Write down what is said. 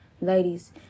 ladies